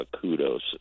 kudos